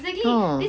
orh